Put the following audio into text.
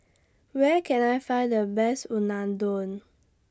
Where Can I Find The Best Unadon